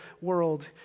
world